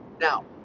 Now